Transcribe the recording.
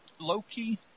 Loki